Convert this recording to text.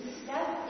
step